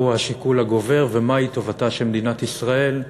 השיקול הגובר ומהי טובתה של מדינת ישראל.